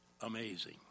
Amazing